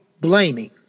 blaming